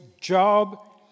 job